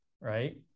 right